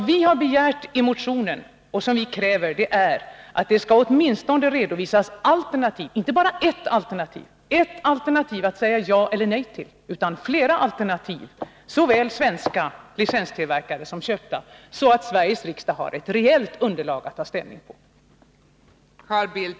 Vad vi har begärt i motionen är att alternativ skall redovisas, inte bara ett alternativ att säga ja eller nej till utan flera alternativ, såväl svenska licenstillverkade flygplan som köpta, så att Sveriges riksdag har ett rejält underlag att ta ställning till.